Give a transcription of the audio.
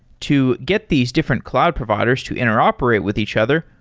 to get these different cloud providers to interoperate with each other,